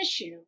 issue